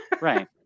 Right